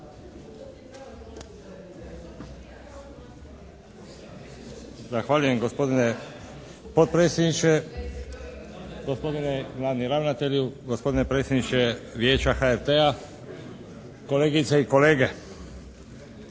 Zahvaljujem gospodine potpredsjedniče, gospodine glavni ravnatelju, gospodine predsjedniče Vijeća HRT-a, kolegice i kolege!